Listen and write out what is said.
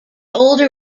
older